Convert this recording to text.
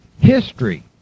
history